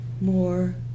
more